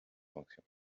sanctions